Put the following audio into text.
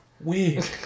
Weird